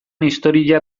historia